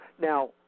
Now